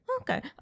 okay